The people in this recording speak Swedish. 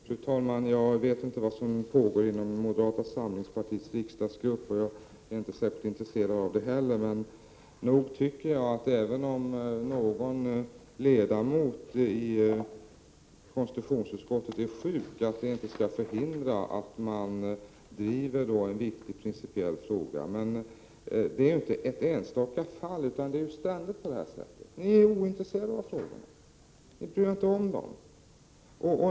Fru talman! Jag vet inte vad som pågår inom moderata samlingspartiets riksdagsgrupp, och jag är inte särskilt intresserad av det heller. Men nog tycker jag att det förhållandet att en ledamot i konstitutionsutskottet är sjuk inte skall förhindra att man kan driva en viktig principiell fråga. Det handlar inte om ett enstaka fall, utan det är ständigt på detta sätt. Ni är inte intresserade av de här frågorna. Ni bryr er inte om dem.